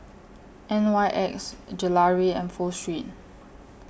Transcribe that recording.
N Y X Gelare and Pho Street